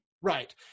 Right